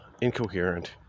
incoherent